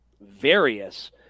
various